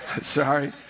Sorry